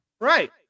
Right